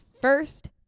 first